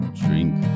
drink